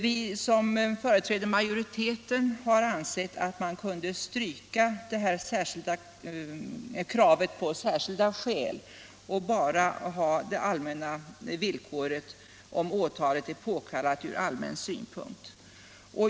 Vi som företräder majoriteten har ansett att man kan stryka kravet på särskilda skäl och bara ha det allmänna villkoret — om åtalet är påkallat från allmän synpunkt.